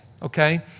Okay